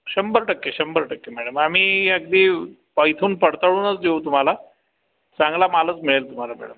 शंभर टक्के शंभर टक्के मॅडम आम्ही अगदी इथून पडताळूनच देऊ तुम्हाला चांगला मालच मिळेल तुम्हाला मॅडम